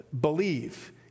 believe